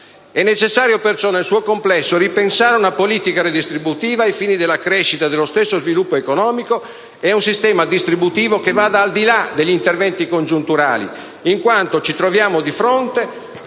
È necessario perciò nel suo complesso ripensare una politica redistributiva ai fini della crescita e dello stesso sviluppo economico e un sistema distributivo che vada al di là degli interventi congiunturali, in quanto ci troviamo di fronte,